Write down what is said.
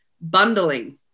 bundling